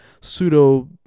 pseudo